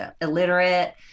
illiterate